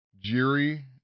Jiri